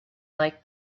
like